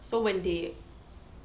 so when they